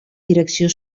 direcció